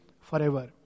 forever